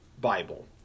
Bible